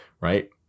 right